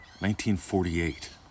1948